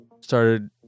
started